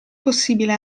possibile